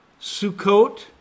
Sukkot